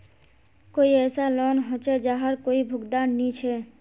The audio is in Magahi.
कोई ऐसा लोन होचे जहार कोई भुगतान नी छे?